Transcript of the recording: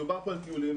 דובר פה על טיולים.